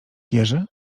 jerzy